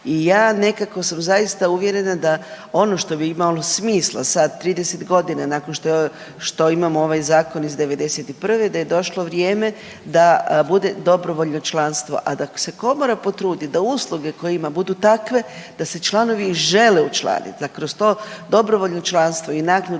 I ja nekako sam zaista uvjerena da ono što bi imalo smisla sad 30 godina nakon što imamo ovaj zakon iz '91. da je došlo vrijeme da bude dobrovoljno članstvo, a da se Komora potrudi da usluga koje ima budu takve da se članovi žele učlaniti, da kroz to dobrovoljno članstvo i naknadu